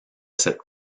cette